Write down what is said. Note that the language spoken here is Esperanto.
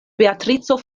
beatrico